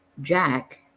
Jack